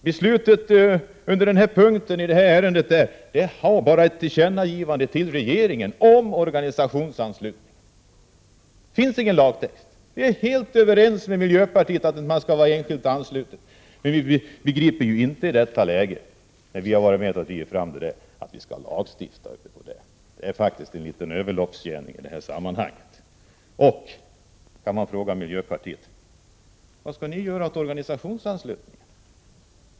Beslutet på den här punkten skulle bara kunna bli ett tillkännagivande till regeringen om organisationsanslutningen. Vi är helt överens med miljöpartiet om att man skall vara enskilt ansluten. Men vi begriper inte varför vi i detta läge — när vi har drivit fram socialdemokraternas ställningstagande — skall lagstifta om detta. Det är faktiskt en överloppsgärning. Man kan fråga miljöpartiet: Vad skall ni göra åt organisationsanslutningen?